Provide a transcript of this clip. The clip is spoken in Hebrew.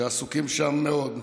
שעסוקים שם מאוד.